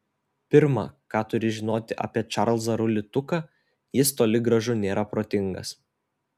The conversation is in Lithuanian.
pirma ką turi žinoti apie čarlzą rulį tuką jis toli gražu nėra protingas